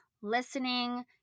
listening